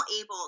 able